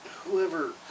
whoever